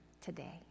today